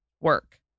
work